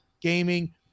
gaming